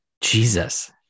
Jesus